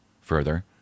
Further